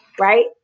Right